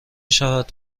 شود